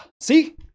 see